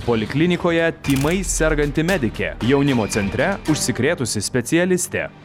poliklinikoje tymais serganti medikė jaunimo centre užsikrėtusi specialistė